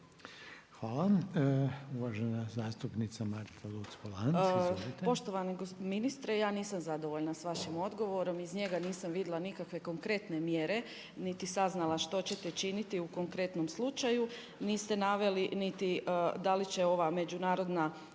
izvolite. **Luc-Polanc, Marta (SDP)** Poštovani ministre, ja nisam zadovoljna sa vašim odgovorom. Iz njega nisam vidjela nikakve konkretne mjere, niti saznala što ćete činiti u konkretnom slučaju. Niste naveli niti da li će ova međunarodna